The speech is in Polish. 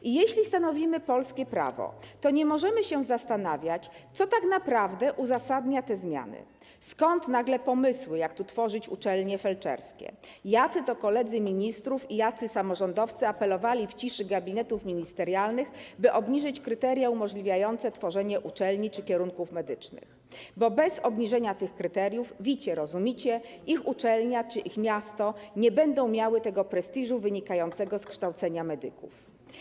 I jeśli stanowimy polskie prawo, to nie możemy się zastanawiać, co tak naprawdę uzasadnia te zmiany, skąd nagle pomysły, jak tu tworzyć uczelnie felczerskie, jacy to koledzy ministrów i jacy samorządowcy apelowali w ciszy gabinetów ministerialnych, by obniżyć kryteria umożliwiające tworzenie uczelni czy kierunków medycznych, bo bez obniżenia tych kryteriów, wicie, rozumicie, ich uczelnia czy ich miasto nie będą miały tego prestiżu wynikającego z kształcenia medyków.